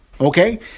Okay